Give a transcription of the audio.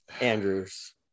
Andrews